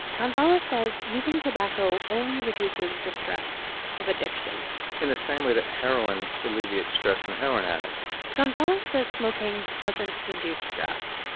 gonzalez says using tobacco only reduces the stress of addiction in the same way that heroin alleviates stress in a heroin addict gonzalez says smoking doesn't reduce stress.